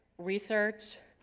research,